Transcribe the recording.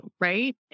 right